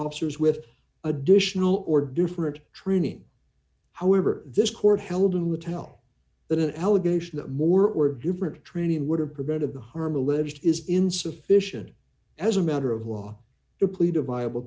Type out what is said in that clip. officers with additional or different training however this court held and would tell that an allegation that more or different training would have prevented the harm alleged is insufficient as a matter of law to plead a viable